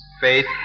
faith